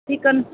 chicken